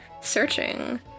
searching